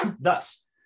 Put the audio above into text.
Thus